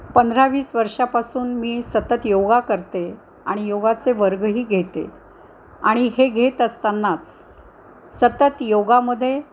पंधरा वीस वर्षापासून मी सतत योगा करते आणि योगाचे वर्गही घेते आणि हे घेत असतानाच सतत योगामध्ये